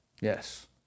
Yes